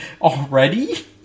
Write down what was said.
Already